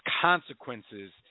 consequences